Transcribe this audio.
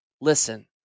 Listen